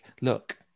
look